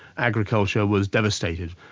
agriculture was devastated.